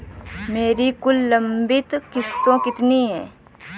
मेरी कुल लंबित किश्तों कितनी हैं?